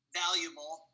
valuable